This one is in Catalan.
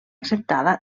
acceptada